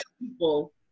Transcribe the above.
people